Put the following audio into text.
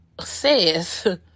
says